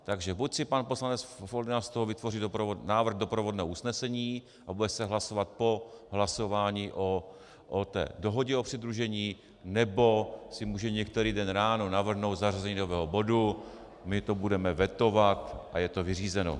Takže buď si pan poslanec Foldyna z toho vytvoří návrh doprovodného usnesení a bude se hlasovat po hlasování o té dohodě o přidružení, nebo si může některý den ráno navrhnout zařazení nového bodu, my to budeme vetovat a je to vyřízeno.